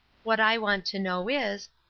what i want to know is,